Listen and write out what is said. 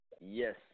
Yes